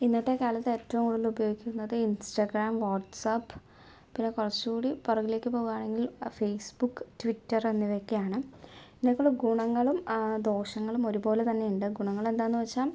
ഇന്നത്തെ കാലത്ത് ഏറ്റവും കൂടുതൽ ഉപയോഗിക്കുന്നത് ഇൻസ്റ്റാഗ്രാം വാട്സ്ആപ്പ് പിന്നെ കുറച്ച് കൂടി പുറകിലേക്ക് പോകുകയാണെങ്കിൽ ഫേസ്ബുക്ക് ട്വിറ്റർ എന്നിവ ഒക്കെയാണ് ഇതിനൊക്കെയുള്ള ഗുണങ്ങളും ദോഷങ്ങളും ഒരുപോലെ തന്നെ ഉണ്ട് ഗുണങ്ങൾ എന്താണെന്ന് വെച്ചാൽ